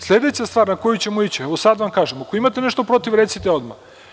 Sledeća stvar na koju ćemo ići, evo, sada vam kažem ako imate nešto protiv samo recite odmah.